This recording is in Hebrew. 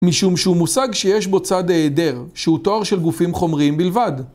משום שהוא מושג שיש בו צד העדר, שהוא תואר של גופים חומריים בלבד.